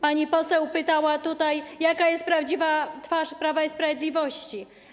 Pani poseł pytała, jaka jest prawdziwa twarz Prawa i Sprawiedliwości.